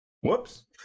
Whoops